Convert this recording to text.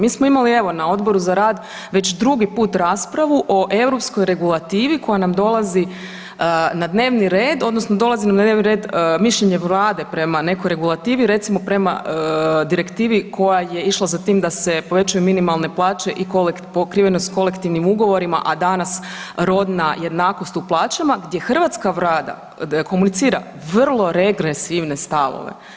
Mi smo imali evo na Odboru za rad već drugi put raspravu o europskoj regulativi koja nam dolazi na dnevni red odnosno dolazi nam na dnevni red mišljenje vlade prema nekoj regulativi, recimo prema direktivi koja je išla za tim da se povećaju minimalne plaće i pokrivenost kolektivnim ugovorima, a danas rodna jednakost u plaćama gdje hrvatska vlada komunicira vrlo regresivne stavove.